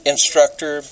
instructor